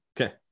okay